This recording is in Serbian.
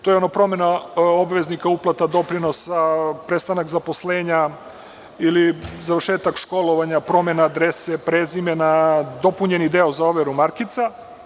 To je promena obaveznih uplata doprinosa, prestanak zaposlenja ili završetak školovanja, promena adrese, prezimena, dopunjeni deo za overu markica.